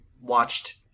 watched